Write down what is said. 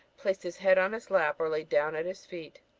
placed his head on his lap, or laid down at his feet.